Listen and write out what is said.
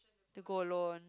to go alone